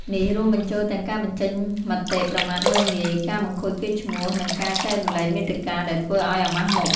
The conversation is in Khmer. នេះរួមបញ្ចូលទាំង ការបញ្ចេញមតិប្រមាថមើលងាយ ការ បង្ខូចកេរ្តិ៍ឈ្មោះ និងការ ចែករំលែកមាតិកាដែលធ្វើឲ្យអាម៉ាស់មុខ។